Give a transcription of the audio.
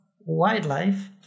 wildlife